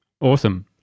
Awesome